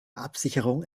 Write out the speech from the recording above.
absicherung